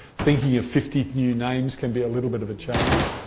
thinking of fifty new names can be a little bit of a challenge.